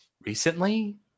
Recently